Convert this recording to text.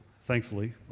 thankfully